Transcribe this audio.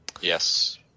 Yes